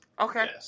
Okay